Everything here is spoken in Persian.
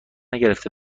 نگرفته